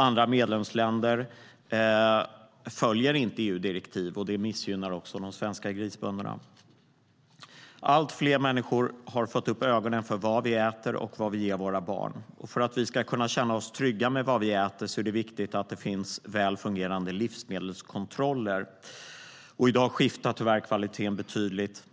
Andra medlemsländer följer inte EU-direktiv, och det missgynnar de svenska grisbönderna. Allt fler människor har fått upp ögonen för vad vi äter och vad vi ger våra barn. För att vi ska kunna känna oss trygga med vad vi äter är det viktigt att det finns väl fungerande livsmedelskontroller. I dag skiftar tyvärr kvaliteten betydligt